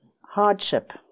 hardship